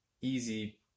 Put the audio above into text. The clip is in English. easy